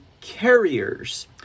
carriers